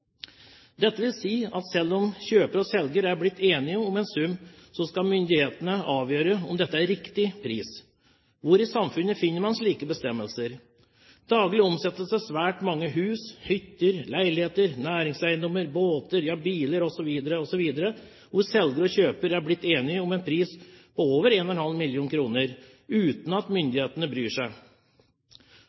Dette vil si at selv om kjøper og selger er blitt enige om en sum, så skal myndighetene avgjøre om dette er riktig pris. Hvor i samfunnet finner man slike bestemmelser? Daglig omsettes det svært mange hus, hytter, leiligheter, næringseiendommer, båter, biler osv., hvor selger og kjøper er blitt enige om en pris på over 1,5 mill. kr uten at myndighetene bryr seg.